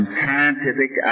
scientific